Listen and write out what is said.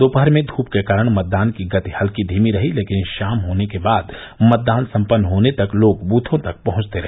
दोपहर में धूप के कारण मतदान की गति हल्की धीमी रही लेकिन शाम होने के बाद मतदान सम्पन्न होने तक लोग दूथों तक पहुंचते रहे